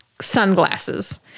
sunglasses